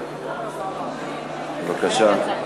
בבקשה.